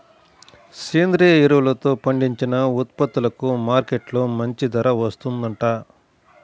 సేంద్రియ ఎరువులతో పండించిన ఉత్పత్తులకు మార్కెట్టులో మంచి ధర వత్తందంట